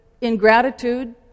ingratitude